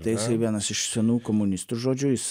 tai jisai vienas iš senų komunistų žodžiu jis